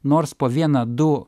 nors po vieną du